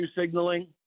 signaling